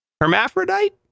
Hermaphrodite